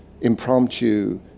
impromptu